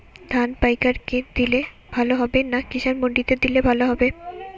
ধান পাইকার কে দিলে ভালো হবে না কিষান মন্ডিতে দিলে ভালো হবে?